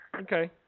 Okay